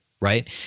right